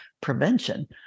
prevention